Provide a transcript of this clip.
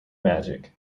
magic